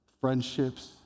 friendships